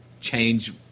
change